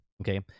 Okay